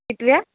कितव्या